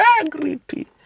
integrity